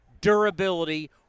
durability